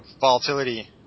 volatility